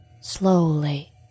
slowly